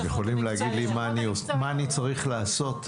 אתם יכולים להגיד לי מה אני צריך לעשות?